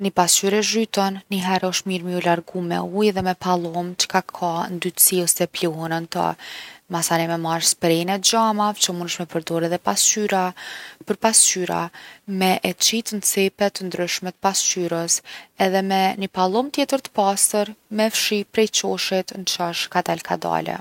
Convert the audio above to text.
Ni pasqyrë e zhytun nihere osht mirë me ju largu me ujë edhe me pallomë çka ka ndytsi ose pluhun n’to. Masanej me marr sprejin e xhamave që munesh me përdor pasqyra- për pasqyra me e qit n’cepe t’ndryshme t’pasqyrës edhe me ni pallomë tjetër t’pastër me e fshi prej çoshit n’çosh kadal kadale.